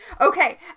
Okay